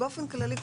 באופן כללי,